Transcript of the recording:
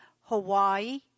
Hawaii